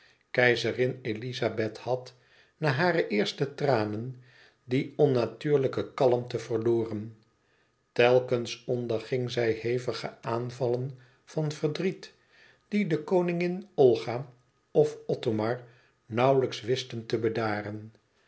keizerin elizabeth had na hare eerste tranen die onnatuurlijke kalmte verloren telkens onderging zij hevige aanvallen van verdriet die de koningin olga of othomar nauwlijks wisten te bedaren